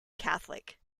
catholic